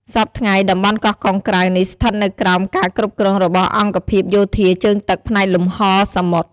សព្វថ្ងៃតំបន់កោះកុងក្រៅនេះស្ថិតនៅក្រោមការគ្រប់គ្រងរបស់អង្គភាពយោធាជើងទឹកផ្នែកលំហសមុទ្រ។